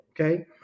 Okay